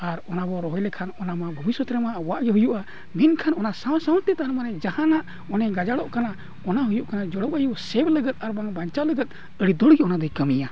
ᱟᱨ ᱚᱱᱟ ᱵᱚᱱ ᱨᱚᱦᱚᱭ ᱞᱮᱠᱷᱟᱱ ᱚᱱᱟ ᱢᱟ ᱵᱷᱚᱵᱤᱥᱚᱛ ᱨᱮᱢᱟ ᱟᱵᱚᱣᱟᱜ ᱜᱮ ᱦᱩᱭᱩᱜᱼᱟ ᱢᱮᱱᱠᱷᱟᱱ ᱚᱱᱟ ᱥᱟᱶᱼᱥᱟᱶᱛᱮ ᱛᱟᱨᱢᱟᱱᱮ ᱡᱟᱦᱟᱱᱟᱜ ᱢᱟᱱᱮ ᱜᱟᱡᱟᱲᱚᱜ ᱠᱟᱱᱟ ᱚᱱᱟ ᱦᱩᱭᱩᱜ ᱠᱟᱱᱟ ᱡᱚᱞᱚᱵᱟᱭᱩ ᱞᱟᱹᱜᱤᱫ ᱟᱨ ᱵᱟᱝ ᱵᱟᱧᱪᱟᱣ ᱞᱟᱹᱜᱤᱫ ᱟᱹᱰᱤ ᱡᱳᱨᱜᱮ ᱚᱱᱟᱫᱚᱭ ᱠᱟᱹᱢᱤᱭᱟ